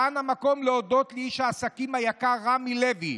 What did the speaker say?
כאן המקום להודות לאיש העסקים היקר רמי לוי,